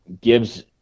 gives